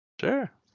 Sure